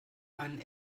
einen